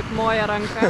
moja ranka